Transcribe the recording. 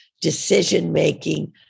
decision-making